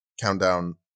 Countdown